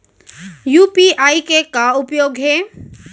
UPI के का उपयोग हे?